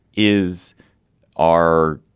is are